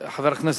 החובה,